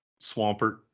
Swampert